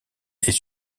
est